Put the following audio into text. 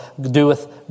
doeth